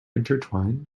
intertwined